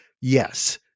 Yes